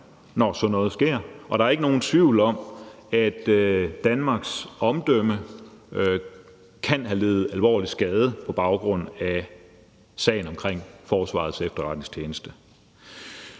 når sådan noget sker, og der er ikke nogen tvivl om, at Danmarks omdømme kan have lidt alvorlig skade på baggrund af sagen om Forsvarets Efterretningstjeneste.